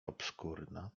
obskurna